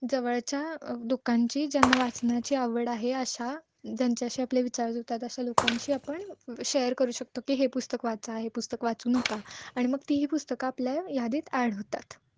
जवळच्या लोकांची ज्यांना वाचनाची आवड आहे अशा ज्यांच्याशी आपले विचार जुळतात अशा लोकांशी आपण शेअर करू शकतो की हे पुस्तक वाचा हे पुस्तक वाचू नका आणि मग तीही पुस्तकं आपल्या यादीत ॲड होतात